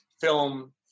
film